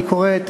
אני קורא את